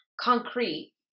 concrete